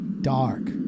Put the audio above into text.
dark